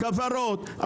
כוורות.